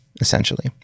essentially